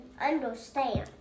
understand